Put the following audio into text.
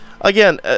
again